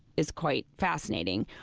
is quite fascinating,